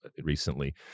recently